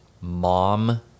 mom